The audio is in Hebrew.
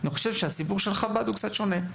אני חושב שהסיפור של חב"ד הוא קצת שונה.